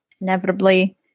inevitably